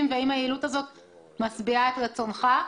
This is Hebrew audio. והאם היעילות הזאת משביעה את רצונך.